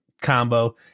combo